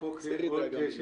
תסירי דאגה מלבך.